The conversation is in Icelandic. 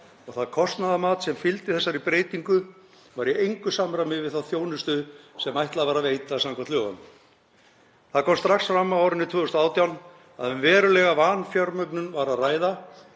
og það kostnaðarmat sem fylgdi þessari breytingu var í engu samræmi við þá þjónustu sem ætlað var að veita samkvæmt lögum. Það kom strax fram á árinu 2018 að um verulega vanfjármögnun var að ræða